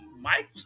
Mike